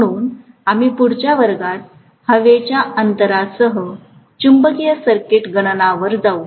म्हणून आम्ही पुढच्या वर्गात हवेच्या अंतरासह चुंबकीय सर्किट गणना वर जाऊ